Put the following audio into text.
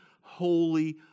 holy